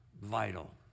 vital